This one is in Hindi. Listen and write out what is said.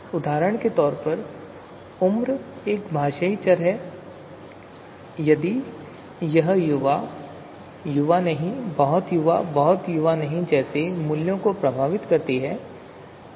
उदाहरण के लिए उम्र एक भाषाई चर है यदि यह युवा युवा नहीं बहुत युवा बहुत युवा नहीं जैसे मूल्यों को प्रभावित करती है